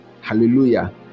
hallelujah